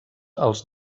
els